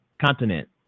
continent